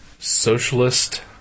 Socialist